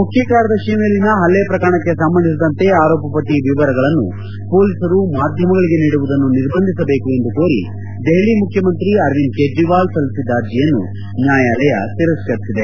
ಮುಖ್ಯಕಾರ್ಯದರ್ಶಿ ಮೇಲಿನ ಹಲ್ಲೆ ಪ್ರಕರಣಕ್ಕೆ ಸಂಬಂಧಿಸಿದಂತೆ ಆರೋಪ ಪಟ್ಟಿ ವಿವರಗಳನ್ನು ಪೊಲೀಸರು ಮಾಧ್ಯಮಗಳಿಗೆ ನೀಡುವುದನ್ನು ನಿರ್ಬಂಧಿಸಬೇಕು ಎಂದು ಕೋರಿ ದೆಹಲಿ ಮುಖ್ಯಮಂತ್ರಿ ಅರವಿಂದ್ ಕೇಜ್ರೀವಾಲ್ ಸಲ್ಲಿಸಿದ್ದ ಅರ್ಜಿಯನ್ನು ನ್ಯಾಯಾಲಯ ತಿರಸ್ತರಿಸಿದೆ